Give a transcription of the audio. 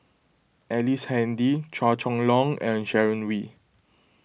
Ellice Handy Chua Chong Long and Sharon Wee